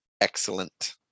excellent